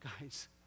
Guys